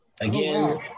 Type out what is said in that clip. Again